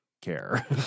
care